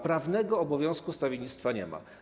Prawnego obowiązku stawiennictwa nie ma.